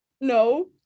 no